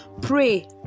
pray